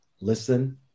listen